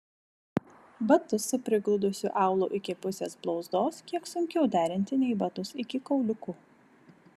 batus su prigludusiu aulu iki pusės blauzdos kiek sunkiau derinti nei batus iki kauliukų